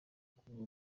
kubura